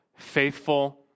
faithful